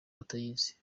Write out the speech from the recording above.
batayizi